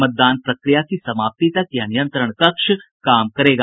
मतदान प्रक्रिया की समाप्ति तक यह नियंत्रण कक्ष काम करेगा